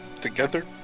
together